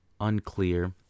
unclear